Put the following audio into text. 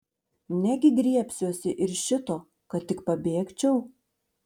negi griebsiuosi ir šito kad tik pabėgčiau